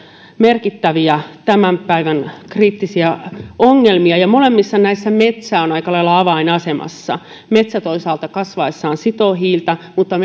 merkittäviä tämän päivän kriittisiä ongelmia ja molemmissa näissä metsä on aika lailla avainasemassa metsä toisaalta kasvaessaan sitoo hiiltä mutta